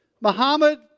Muhammad